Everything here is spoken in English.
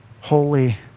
Holy